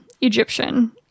Egyptian